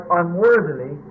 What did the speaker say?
unworthily